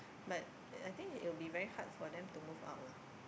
but I think it would be very hard for them to move out lah